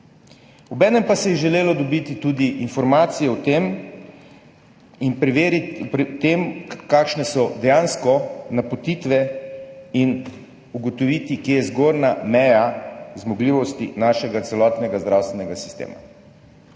Obenem pa se je želelo dobiti tudi informacije o tem in preveriti, kakšne so dejansko napotitve, in ugotoviti, kje je zgornja meja zmogljivosti našega celotnega zdravstvenega sistema.